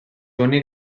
únic